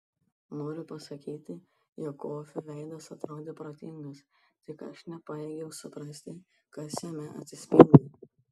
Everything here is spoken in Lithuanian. noriu pasakyti jog kofio veidas atrodė protingas tik aš nepajėgiau suprasti kas jame atsispindi